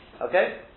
Okay